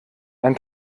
ein